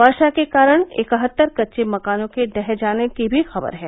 वर्षा के कारण इकहत्तर कच्चे मकानों के ढह जाने की भी खबर है